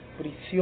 prisión